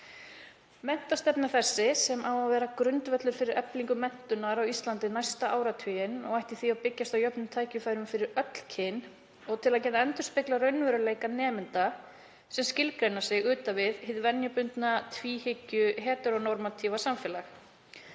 Menntastefna þessi, sem á að vera grundvöllur fyrir eflingu menntunar á Íslandi næsta áratuginn, ætti því að byggjast á jöfnum tækifærum fyrir öll kyn og endurspegla raunveruleika nemenda sem skilgreina sig utan við hið venjubundna tvíhyggju–heterónormatíva samfélag.